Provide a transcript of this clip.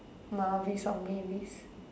Mahvis not Mavis